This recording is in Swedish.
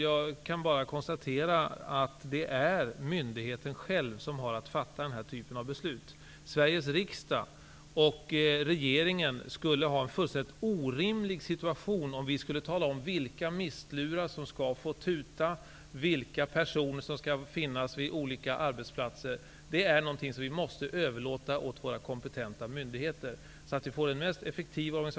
Jag kan bara konstatera att det är myndigheten själv som har att fatta den här typen av beslut. I Sveriges riksdag och i regeringen skulle situationen bli fullständigt orimlig om man skulle ta ställning till vilka mistlurar som skall få tuta och vilka personer som skall finnas vid olika arbetsplatser. Detta är någonting som vi måste överlåta åt våra kompetenta myndigheter, så att organisationen blir den mest effektiva.